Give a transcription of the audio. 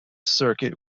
circuit